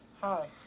Hi